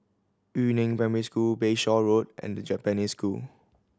Yu Neng Primary School Bayshore Road and The Japanese School